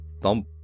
thump